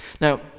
Now